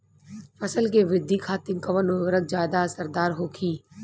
फसल के वृद्धि खातिन कवन उर्वरक ज्यादा असरदार होखि?